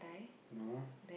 no